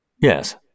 Yes